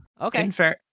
okay